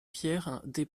pierres